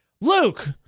Luke